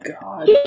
God